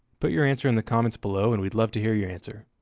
but your answer in the comments below, and we'd love to hear your answer.